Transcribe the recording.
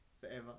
Forever